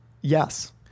Yes